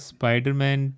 Spider-Man